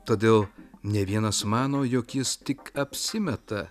todėl ne vienas mano jog jis tik apsimeta